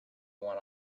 one